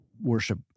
worship